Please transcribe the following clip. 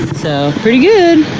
so pretty good.